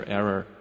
error